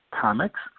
Comics